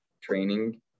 training